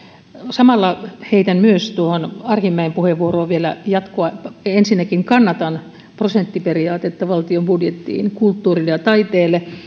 samalla heitän myös tuohon arhinmäen puheenvuoroon vielä jatkoa ensinnäkin kannatan prosenttiperiaatetta valtion budjettiin kulttuurille ja taiteelle